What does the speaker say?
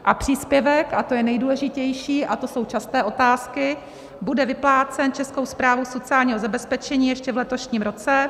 A příspěvek a to je nejdůležitější a to jsou časté otázky bude vyplácen Českou správou sociálního zabezpečení ještě v letošním roce.